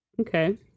Okay